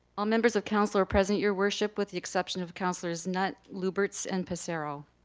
all members of council are present your worship, with the exception of councillors knutt, lubberts, and passero.